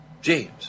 James